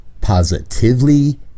Positively